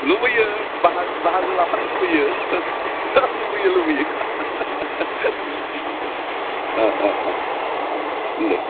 लुबैयो बाहा बाहागो लाफानो लुबैयो लुबैयो लुबैयो दे